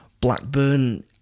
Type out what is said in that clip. Blackburn